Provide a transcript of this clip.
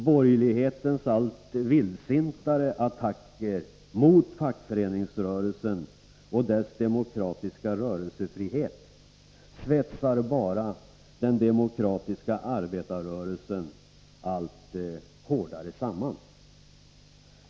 Borgerlighetens allt vildsintare attacker mot fackföreningsrörelsen och dess demokratiska rörelsefrihet svetsar bara den demokratiska arbetarrörelsen allt hårdare samman.